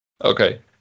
Okay